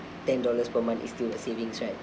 ten dollars per month it's still a savings right